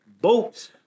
boats